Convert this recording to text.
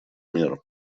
мер